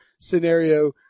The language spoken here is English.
scenario